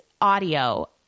audio